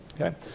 okay